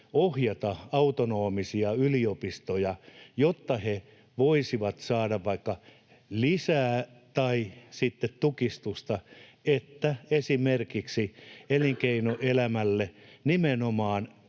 ohjata autonomisia yliopistoja, jotta ne voisivat saada vaikka lisää rahaa tai sitten tukistusta, että esimerkiksi elinkeinoelämälle nimenomaan